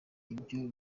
ibyo